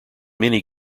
many